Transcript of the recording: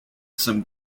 some